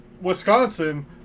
Wisconsin